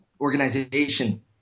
Organization